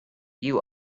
you